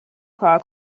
کار